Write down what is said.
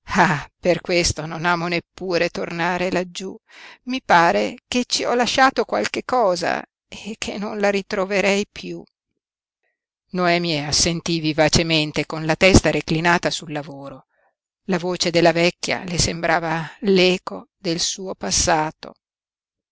per questo non amo neppure tornare laggiú mi pare che ci ho lasciato qualche cosa e che non la ritroverei piú noemi assentí vivacemente con la testa reclinata sul lavoro la voce della vecchia le sembrava l'eco del suo passato